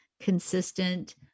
consistent